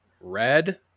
red